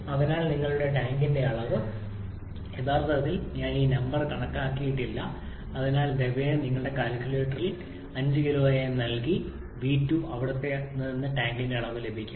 അതിനാൽ നിങ്ങളുടെ ടാങ്കിന്റെ അളവ് യഥാർത്ഥത്തിൽ ഞാൻ ഈ നമ്പർ കണക്കാക്കിയിട്ടില്ല അതിനാൽ ദയവായി നിങ്ങളുടെ കാൽക്കുലേറ്റർ പിണ്ഡം 5 കിലോ ആയി നൽകണം v2 അവിടെ നിങ്ങൾക്ക് ടാങ്കിന്റെ അളവ് ലഭിക്കും